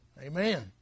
Amen